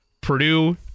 purdue